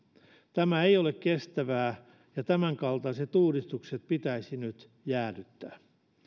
tämä ei ole kestävää ja tämänkaltaiset uudistukset pitäisi nyt jäädyttää